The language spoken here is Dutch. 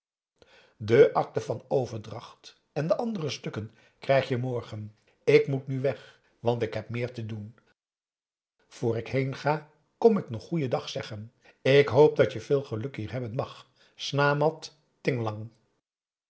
de akte van overdracht en de andere stukken krijg je morgen ik moet nu weg want ik heb meer te doen voor ik heenga kom ik nog goeien dag zeggen ik hoop dat je veel geluk hier hebben mag slamat